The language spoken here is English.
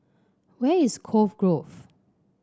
where is Cove Grove